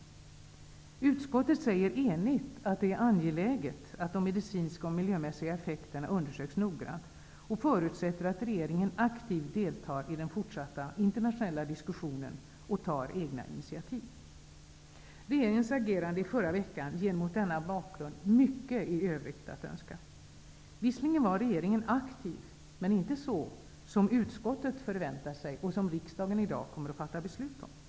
Utskottet säger enigt att det är angeläget att de medicinska och miljömässiga effekterna noggrant undersöks och förutsätter att regeringen aktivt deltar i den fortsatta internationella diskussionen och tar egna initiativ. Regeringens agerande i förra veckan ger mot denna bakgrund mycket i övrigt att önska. Visserligen var regeringen aktiv men inte på det sättet som utskottet hade förväntat sig. Och riksdagen kommer i dag att fatta beslut om detta.